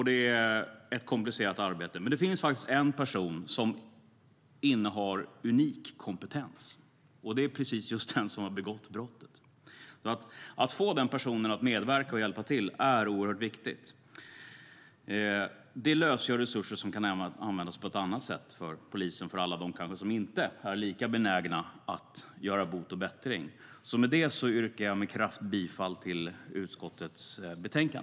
Det finns dock en person som innehar en unik kompetens, och det är den som har begått brottet. Att få denna person att hjälpa till är viktigt. Det lösgör polisresurser som kan användas till fall där de misstänkta kanske inte är lika benägna att göra bot och bättring. Jag yrkar med kraft bifall till utskottets förslag.